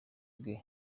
bwe